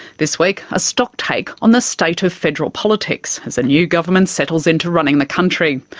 this week, a stocktake on the state of federal politics as a new government settles in to running the country.